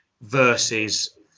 versus